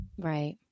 Right